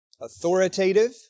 authoritative